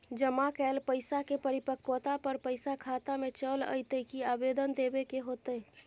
जमा कैल पैसा के परिपक्वता पर पैसा खाता में चल अयतै की आवेदन देबे के होतै?